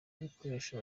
ibikoresho